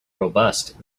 robust